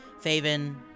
Faven